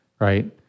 right